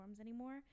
anymore